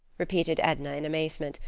repeated edna in amazement,